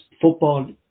football